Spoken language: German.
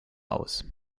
aus